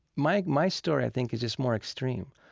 my my story, i think, is just more extreme.